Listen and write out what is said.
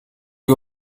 wir